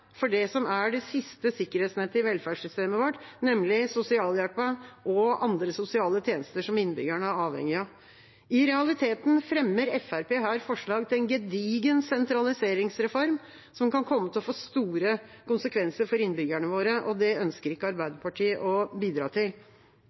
for det som er det siste sikkerhetsnettet i velferdssystemet vårt, nemlig sosialhjelpen og andre sosiale tjenester som innbyggerne er avhengige av. I realiteten fremmer Fremskrittspartiet her forslag til en gedigen sentraliseringsreform som kan komme til å få store konsekvenser for innbyggerne våre. Det ønsker ikke